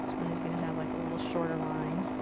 one is gonna have like a little shorter line.